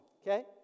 okay